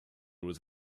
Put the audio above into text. was